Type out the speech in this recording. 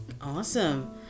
awesome